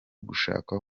gushaka